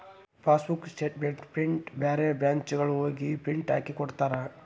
passbook statement ಪ್ರಿಂಟ್ನ ಬ್ಯಾರೆ ಬ್ರಾಂಚ್ನ್ಯಾಗು ಹೋಗಿ ಪ್ರಿಂಟ್ ಹಾಕಿಕೊಡ್ತಾರ